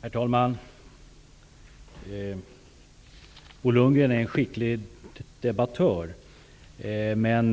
Herr talman! Bo Lundgren är en skicklig debattör. Men